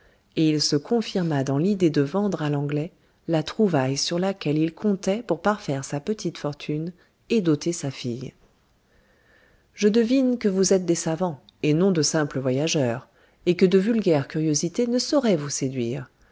et il se confirma dans l'idée de vendre à l'anglais la trouvaille sur laquelle il comptait pour parfaire sa petite fortune et doter sa fille je devine que vous êtes des savants et non de simples voyageurs et que de vulgaires curiosités ne sauraient vous séduire